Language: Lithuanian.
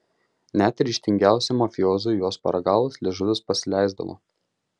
net ryžtingiausiam mafiozui jos paragavus liežuvis pasileisdavo